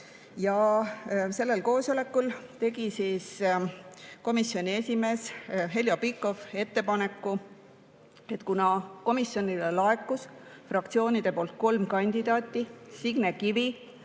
92. Sellel koosolekul tegi komisjoni esimees Heljo Pikhof ettepaneku, et kuna komisjonile laekus fraktsioonide poolt kolm kandidaati – Signe Kivi,